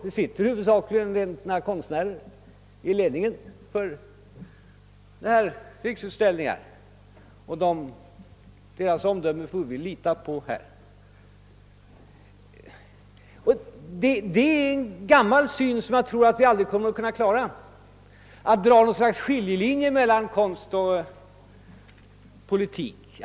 Det sitter huvudsakligen konstnärer i ledningen för Riksutställningar, och vi får väl lita på deras bedömning. Det är en gammal strävan att försöka dra upp en skarp skiljelinje mellan konst och politik.